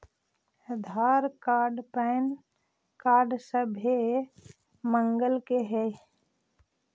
आधार card PAN card सभे मगलके हे?